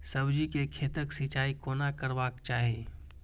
सब्जी के खेतक सिंचाई कोना करबाक चाहि?